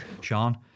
Sean